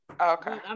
Okay